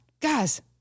Guys